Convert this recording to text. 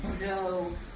no